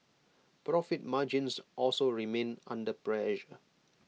profit margins also remained under pressure